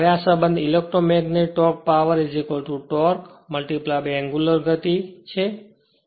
હવે આ સંબંધ electromagnetic torque power torque angular ગતિ che